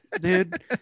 dude